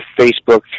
Facebook